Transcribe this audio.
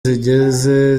zigeze